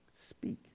Speak